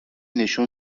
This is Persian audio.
نشون